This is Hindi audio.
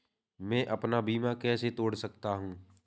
मैं अपना बीमा कैसे तोड़ सकता हूँ?